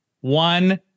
one